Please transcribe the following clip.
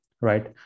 right